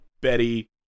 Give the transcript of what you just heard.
Betty